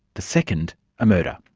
the second a murder.